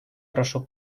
прошу